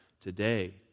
today